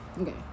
okay